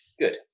Good